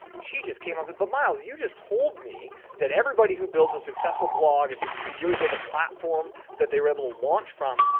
she just came. i said, but miles you just told me that everybody who built a successful blog and who who really built a platform that they were able to launch from,